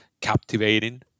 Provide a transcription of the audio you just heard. captivating